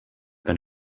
been